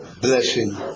blessing